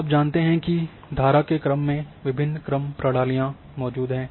आप जानते हैं कि धारा के क्रम में विभिन्न क्रम प्रणालियाँ मौजूद हैं